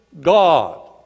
God